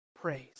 praise